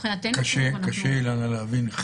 קשה, אילנה, להבין.